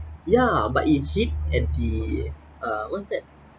ya but it hit at the uh what's that